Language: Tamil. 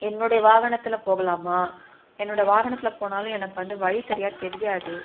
என்னுடைய வாகனத்தில் போகலாமா என்னோடய வாகனத்தில் போனாலும் எனக்கு வந்து வழி சரியாக தெரியாது